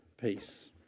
peace